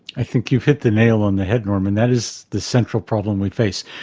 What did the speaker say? i think you've hit the nail on the head, norman, that is the central problem we face.